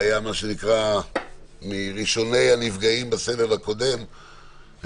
שהיה מראשוני הנפגעים בסבב הקודם,